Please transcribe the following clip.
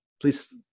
Please